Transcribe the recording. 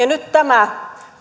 nyt tämä